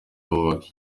bubaka